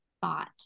thought